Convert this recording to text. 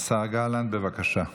השר גלנט, בבקשה.